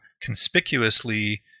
conspicuously